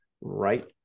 right